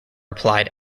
applied